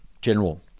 general